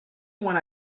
when